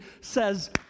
says